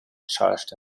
charged